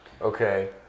Okay